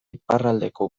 iparraldeko